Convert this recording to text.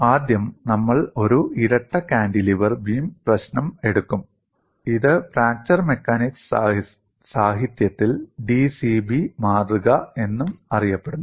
ആദ്യം നമ്മൾ ഒരു ഇരട്ട കാന്റിലിവർ ബീം പ്രശ്നം ഏറ്റെടുക്കും ഇത് ഫ്രാക്ചർ മെക്കാനിക്സ് സാഹിത്യത്തിൽ d c b മാതൃക എന്നും അറിയപ്പെടുന്നു